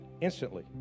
instantly